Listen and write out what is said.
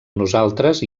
nosaltres